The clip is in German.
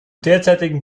derzeitigen